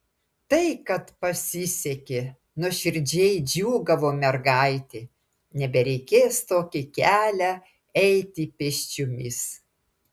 tai kad pasisekė nuoširdžiai džiūgavo mergaitė nebereikės tokį kelią eiti pėsčiomis